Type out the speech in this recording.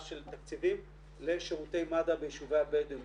של תקציבים לשירותי מד"א ביישובים הבדואים.